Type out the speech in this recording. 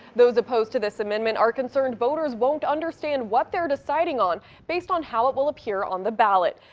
those opposed to this amendment are concerned voters won't understand what they're deciding on based on how it will appear on the ballot.